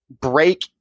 break